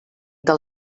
del